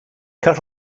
cut